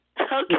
Okay